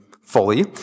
fully